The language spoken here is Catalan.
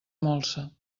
molsa